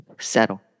settle